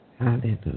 Hallelujah